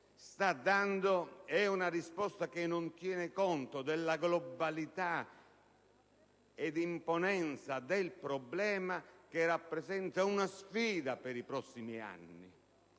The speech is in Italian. Paese sta dando non tiene conto della globalità e dell'imponenza del problema, che rappresenta una sfida per i prossimi anni.